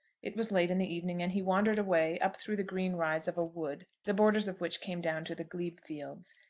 it was late in the evening, and he wandered away up through the green rides of a wood the borders of which came down to the glebe fields.